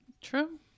True